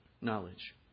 knowledge